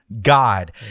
God